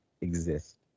exist